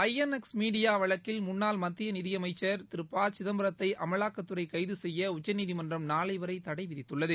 ஐ N X media வழக்கில் முன்னாள் மத்திய நிதியமைச்சர் திரு ப சிதம்பரத்தை அமலாக்கத்துறை கைது செய்ய உச்சநீதிமன்றம் நாளை வரை தடை விதித்துள்ளது